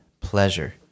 pleasure